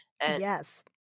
Yes